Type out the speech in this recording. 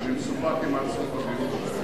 אני מסופק, בסדר.